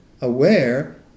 aware